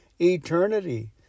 eternity